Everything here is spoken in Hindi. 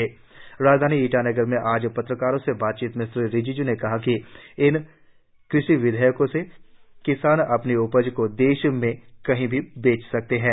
अरूणाचल प्रदेश में ईटानगर में आज पत्रकारों से बातचीत में श्री रिजिज् ने कहा कि इन कृषि विधेयकों से किसान अपनी उपज को देश में कहीं भी बेच सकेंगे